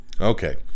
Okay